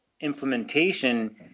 implementation